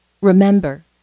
Remember